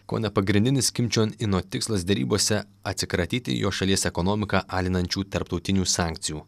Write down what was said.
kone pagrindinis kim čion ino tikslas derybose atsikratyti jo šalies ekonomiką alinančių tarptautinių sankcijų